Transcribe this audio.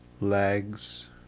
legs